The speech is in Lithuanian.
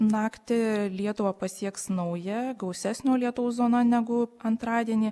naktį lietuvą pasieks nauja gausesnio lietaus zona negu antradienį